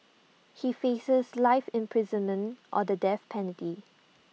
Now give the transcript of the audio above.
he faces life imprisonment or the death penalty